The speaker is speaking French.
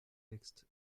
texte